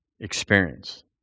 experience